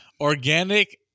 Organic